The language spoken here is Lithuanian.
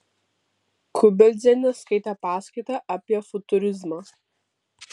kubeldzienė skaitė paskaitą apie futurizmą